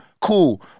cool